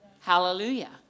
hallelujah